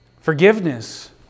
Forgiveness